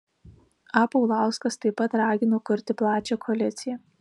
a paulauskas taip pat ragino kurti plačią koaliciją